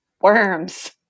worms